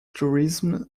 tourism